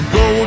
go